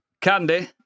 candy